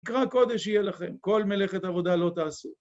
מקרא קודש יהיה לכם, כל מלאכת עבודה לא תעשה.